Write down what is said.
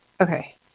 Okay